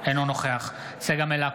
אינו נוכח צגה מלקו,